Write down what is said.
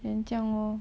then 这样 lor